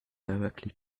directly